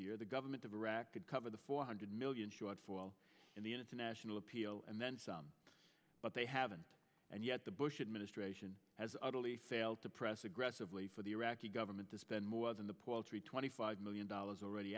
year the government of iraq could cover the four hundred million shortfall in the international appeal and then some but they haven't and yet the bush administration has utterly failed to press aggressively for the iraqi government to spend more than the paltry twenty five million dollars already